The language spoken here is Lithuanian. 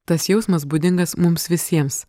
tas jausmas būdingas mums visiems